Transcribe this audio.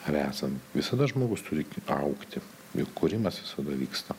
ar esanm visada žmogus turi augti juk kūrimas visada vyksta